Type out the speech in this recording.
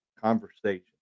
conversation